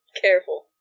careful